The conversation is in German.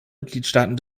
mitgliedstaaten